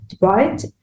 right